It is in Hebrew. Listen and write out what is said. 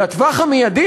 לטווח המיידי,